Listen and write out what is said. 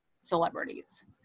celebrities